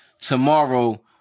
tomorrow